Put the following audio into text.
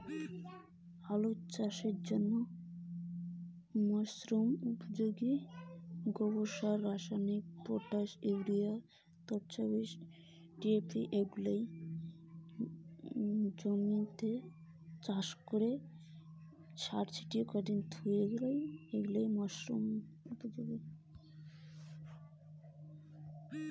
আলু চাষের জন্য কি মরসুম উপযোগী?